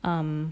um